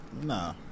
Nah